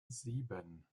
sieben